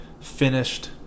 finished